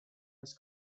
les